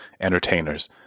entertainers